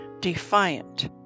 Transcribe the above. defiant